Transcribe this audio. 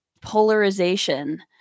polarization